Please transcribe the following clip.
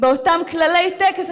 באותם כללי טקס,